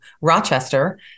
Rochester